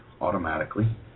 automatically